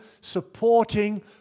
supporting